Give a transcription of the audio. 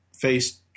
faced